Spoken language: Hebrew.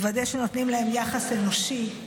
לוודא שנותנים להם יחס אנושי.